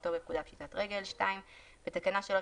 כמשמעותו בפקודת פשיטת הרגל"; בתקנה 3,